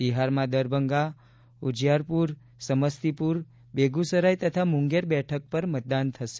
બિહારમાં દરભંગા ઉજ્જરપુર સમસ્તીપુર બેગુસરાઇ તથા મુંગેર બેઠક પર મતદાન થશે